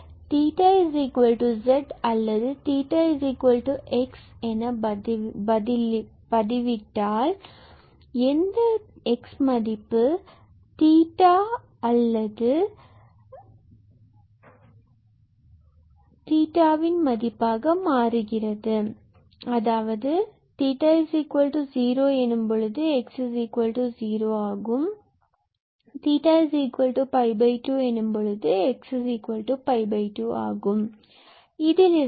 எனவே 𝜃𝑧 or 𝜃𝑥 என பதிவிட்டால் எந்த x மதிப்பு 𝜃 இன் மதிப்பாக மாறுகிறது அதாவது 𝜃0 எனும்போதுx0 ஆகும் 𝜃 is 𝜋2 எனும்போது x is 𝜋2 ஆகும் இதிலிருந்து 𝑑𝜃𝑑𝑥